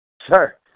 sir